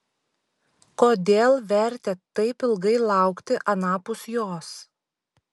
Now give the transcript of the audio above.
kodėl vertėt taip ilgai laukti anapus jos